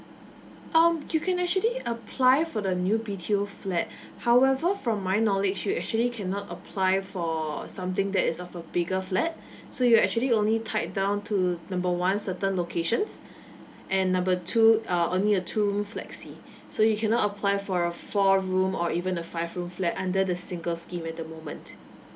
um you can actually apply for the new B_T_O flat however from my knowledge you actually cannot apply for something that is of a bigger flat so you actually only tied down to number one certain locations and number two uh only a two room flexi so you cannot apply for a four room or even a five room flat under the singles scheme at the moment